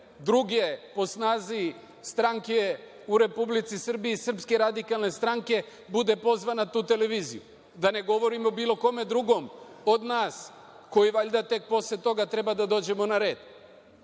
druge po snazi stranke u Republici Srbiji, SRS, bude pozvan na tu televiziju? Da ne govorim o bilo kome drugom od nas, koji valjda tek posle toga treba da dođemo na red.